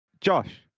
Josh